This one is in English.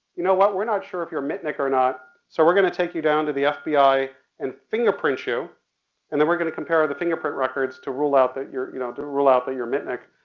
you know what, we're not sure if you're mitnick or not, so we're gonna take you down to the fbi and fingerprint you and then we're gonna compare the fingerprint records to rule out that you're, you know to rule out that you're mitnick.